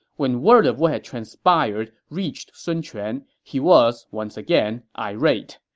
when word of what had transpired reached sun quan, he was once again irate.